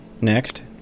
Next